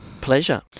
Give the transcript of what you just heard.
Pleasure